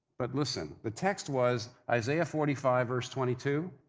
but listen, the text was isaiah forty five, verse twenty two,